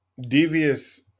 Devious